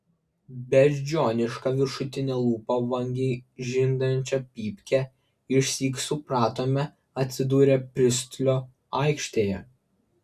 beždžioniška viršutine lūpa vangiai žindančią pypkę išsyk supratome atsidūrę pristlio aikštėje